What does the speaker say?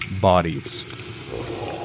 bodies